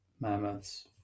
mammoths